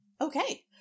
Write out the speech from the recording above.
Okay